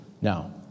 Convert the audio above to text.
Now